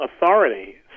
authority